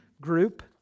group